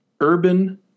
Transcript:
Urban